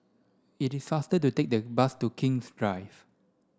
it is faster to take the bus to King's Drive